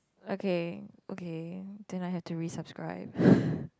okay okay then I have to resubscribe